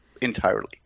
entirely